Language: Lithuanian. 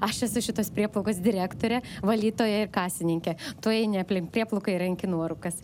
aš esu šitos prieplaukos direktorė valytoja ir kasininkė tu eini aplink prieplauką ir renki nuorūkas